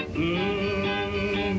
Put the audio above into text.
Mmm